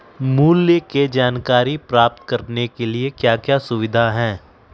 मूल्य के जानकारी प्राप्त करने के लिए क्या क्या सुविधाएं है?